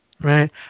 right